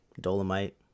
Dolomite